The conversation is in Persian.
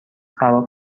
خراب